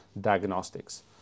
diagnostics